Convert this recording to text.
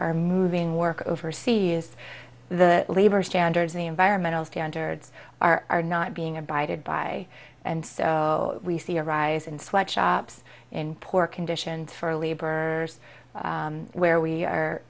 are moving work overseas the labor standards the environmental standards are are not being abided by and so we see a rise in sweatshops in poor conditions for labors where we are